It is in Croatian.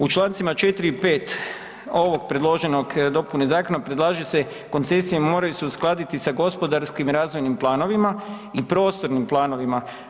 U čl. 4. i 5. ovog predloženog dopune zakona predlaže se koncesije moraju se uskladiti sa gospodarskim razvojnim planovima i prostornim planovima.